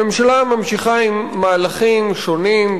הממשלה ממשיכה עם מהלכים שונים,